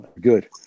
good